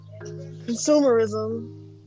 consumerism